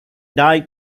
died